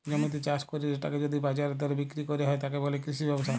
জমিতে চাস কইরে সেটাকে যদি বাজারের দরে বিক্রি কইর হয়, তাকে বলে কৃষি ব্যবসা